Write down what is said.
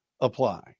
apply